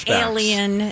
alien